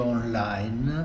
online